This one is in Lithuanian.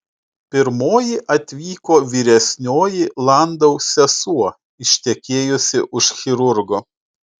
pirmoji atvyko vyresnioji landau sesuo ištekėjusi už chirurgo